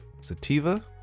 Sativa